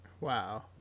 Wow